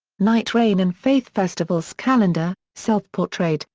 night rain and faith festivals calendar self portrait,